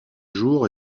jour